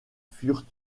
furent